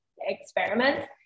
experiments